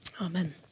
Amen